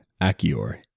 Achior